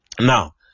Now